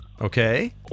Okay